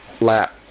lap